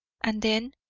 and then,